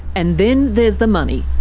and then there's the money.